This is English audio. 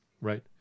Right